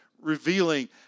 revealing